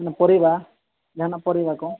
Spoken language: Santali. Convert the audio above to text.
ᱚᱱᱟ ᱯᱨᱤᱵᱟᱨ ᱡᱟᱦᱟᱱᱟᱜ ᱯᱚᱨᱤᱵᱟᱨ ᱠᱚ